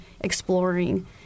exploring